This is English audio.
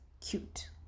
cute